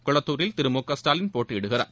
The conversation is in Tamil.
கொளத்தூரில் திரு மு க ஸ்டாலின் போட்டியிடுகிறார்